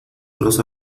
los